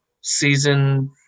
season